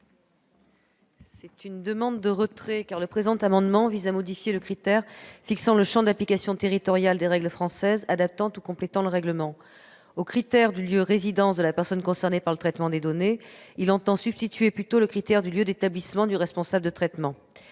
sollicite le retrait de cet amendement, qui vise à modifier le critère fixant le champ d'application territorial des règles françaises adaptant ou complétant le règlement. Voilà ! Au critère du lieu de résidence de la personne concernée par le traitement des données, il entend substituer plutôt le critère du lieu d'établissement du responsable de traitement.